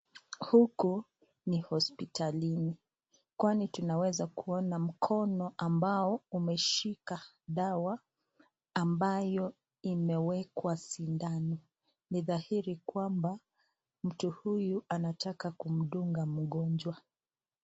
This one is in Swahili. Huku ni hospitalini kwani tunaweza kuona mkono ambao umeshika dawa ambayo imewekwa sindano. Ni dhairi kwamba mtu huyu anataka kumdunga mgonjwa.